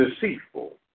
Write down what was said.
deceitful